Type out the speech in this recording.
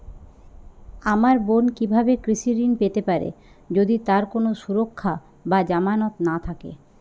আমার বোন কীভাবে কৃষি ঋণ পেতে পারে যদি তার কোনো সুরক্ষা বা জামানত না থাকে?